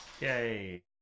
yay